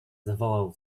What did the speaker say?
zawołał